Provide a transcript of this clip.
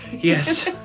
yes